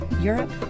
Europe